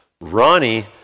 Ronnie